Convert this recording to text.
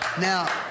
now